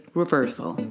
reversal